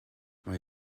mae